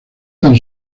tan